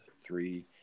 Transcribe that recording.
three